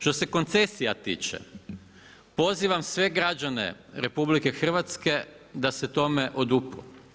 Što se koncesija tiče pozivam sve građane RH da se tome odupru.